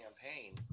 campaign